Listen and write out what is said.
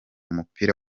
mupira